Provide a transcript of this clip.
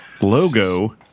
Logo